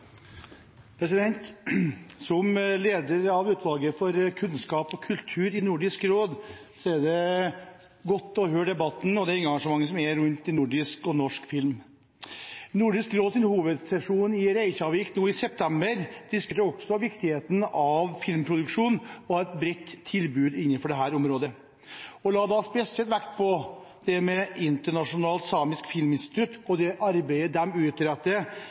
kultur i Nordisk råd, er det godt å høre debatten og det engasjementet som er rundt nordisk og norsk film. På Nordisk råds hovedsesjon i Reykjavik nå i oktober diskuterte man også viktigheten av filmproduksjon og å ha et bredt tilbud på dette området. Man la spesielt vekt på Internasjonalt Samisk Filminstitutt – ISFI – og det arbeidet de utretter